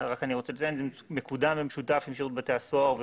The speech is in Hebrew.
אני רוצה לציין שזה מקודם במשותף עם שירות בתי הסוהר,